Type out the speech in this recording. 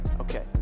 okay